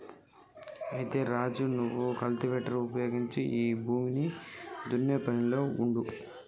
అయితే రాజు నువ్వు కల్టివేటర్ ఉపయోగించి గీ భూమిని దున్నే పనిలో ఉండు